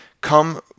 come